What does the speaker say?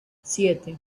siete